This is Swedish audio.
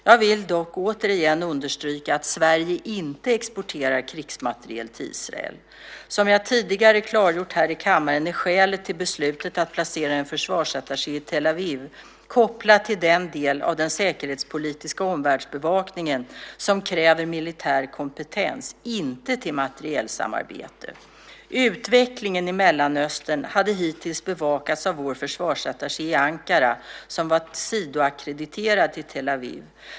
Jag vill dock återigen understryka att Sverige inte exporterar krigsmateriel till Israel. Som jag tidigare klargjort här i kammaren är skälet till beslutet att placera en försvarsattaché i Tel Aviv kopplat till den del av den säkerhetspolitiska omvärldsbevakningen som kräver militär kompetens - inte till materielsamarbete. Utvecklingen i Mellanöstern hade dittills bevakats av vår försvarsattaché i Ankara, som var sidoackrediterad till Tel Aviv.